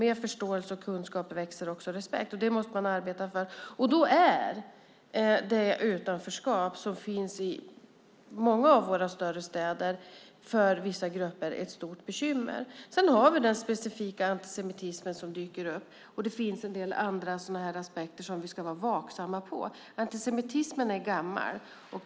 Med förståelse och kunskap växer också respekten. Detta måste vi arbeta med, och då är det utanförskap som finns i många av våra större städer ett stort bekymmer för vissa grupper. Sedan har vi den specifika antisemitismen som dyker upp, och det finns också en del andra sådana aspekter som vi ska vara vaksamma på. Antisemitismen är gammal.